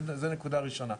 זה נקודה ראשונה.